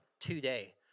today